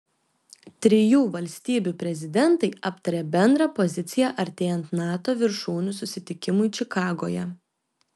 trijų valstybių prezidentai aptarė bendrą poziciją artėjant nato viršūnių susitikimui čikagoje